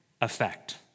effect